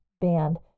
band